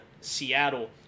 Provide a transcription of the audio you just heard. Seattle